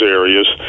areas